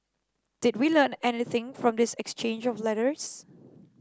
did we learn anything from this exchange of letters